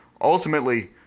ultimately